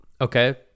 okay